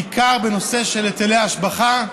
בעיקר בנושא של היטלי השבחה,